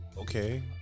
Okay